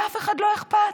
לאף אחד לא אכפת.